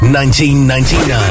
1999